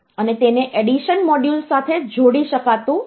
અને તેને addition module સાથે જોડી શકાતું નથી